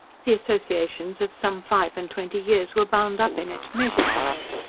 the associations of some five-and-twenty years were bound up in it measured by it,